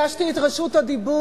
ביקשתי את רשות הדיבור,